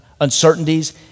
uncertainties